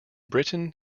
britain